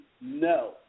no